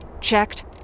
checked